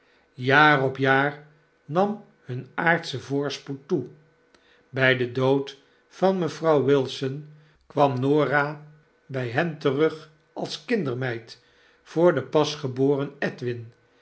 jaar op jaar nam hun aardsche voorspoed toe by den dood van mevrouw wilson kwam norah by hen terug als kindermeid voor den jmsgeboren edwin